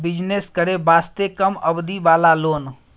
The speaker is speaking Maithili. बिजनेस करे वास्ते कम अवधि वाला लोन?